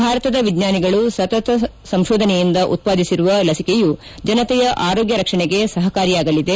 ಭಾರತದ ವಿಜ್ಞಾನಿಗಳ ಸತತ ಸಂಶೋಧನೆಯಿಂದ ಉತ್ಪಾದಿಸಿರುವ ಲಸಿಕೆಯು ಜನತೆಯ ಆರೋಗ್ಯ ರಕ್ಷಣೆಗೆ ಸಹಕಾರಿಯಾಗಲಿದೆ